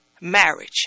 marriage